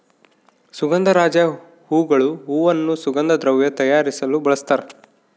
ಸುಗಂಧರಾಜ ಹೂಗಳು ಹೂವನ್ನು ಸುಗಂಧ ದ್ರವ್ಯ ತಯಾರಿಸಲು ಬಳಸ್ತಾರ